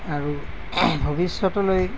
আৰু ভৱিষ্য়তলৈ